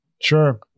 sure